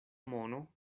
mono